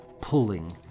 pulling